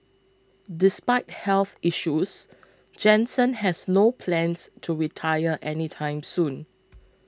despite health issues Jansen has no plans to retire any time soon